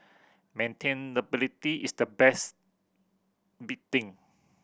maintainability is the next big thing